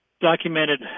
documented